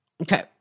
Okay